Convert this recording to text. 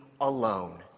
alone